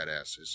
badasses